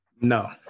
No